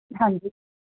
ਹਾਂਜੀ